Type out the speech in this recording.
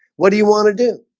what do you want to do?